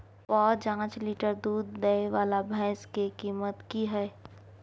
प जॉंच लीटर दूध दैय वाला भैंस के कीमत की हय?